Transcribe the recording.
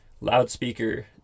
loudspeaker